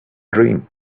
dream